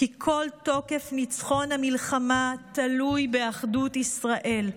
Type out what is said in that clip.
"כי כל תוקף ניצחון המלחמה תלוי באחדות ישראל,